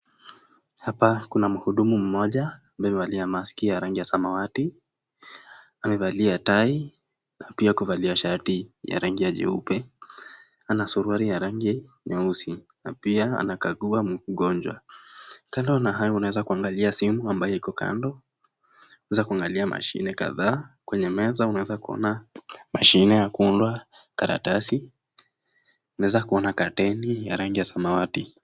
Hapa kuna mhudumu mmoja ambaye amevalia maski ya rangi ya samawati, amevalia tai na pia kuvalia shati ya rangi jeupe amevalia suruali nyeusi na pia anakaa kuwa mgonjwa. Kando na hayo unaweza kuangalia simu na unaweza kuangalia simu kadhaa, kwenye meza unaweza kuona mashine, karatasi na kateni ya rangi ya sawati.